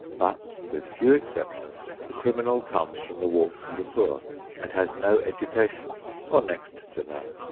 but with few exceptions, the criminal comes from the walks of the poor and has no education or next to none.